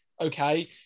okay